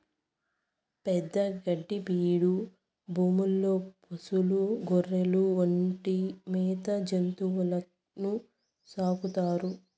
పెద్ద గడ్డి బీడు భూముల్లో పసులు, గొర్రెలు వంటి మేత జంతువులను సాకుతారు